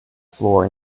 floor